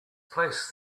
placed